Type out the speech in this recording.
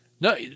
No